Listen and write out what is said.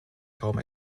kaum